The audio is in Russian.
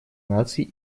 наций